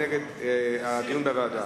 הוא נגד הדיון בוועדה.